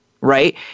right